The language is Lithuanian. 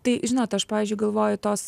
tai žinot aš pavyzdžiui galvoju tos